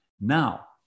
Now